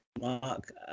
mark